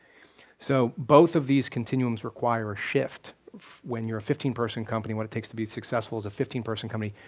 so both of these continuums require a shift when you're a fifteen person company and what it takes to be successful as a fifteen person company,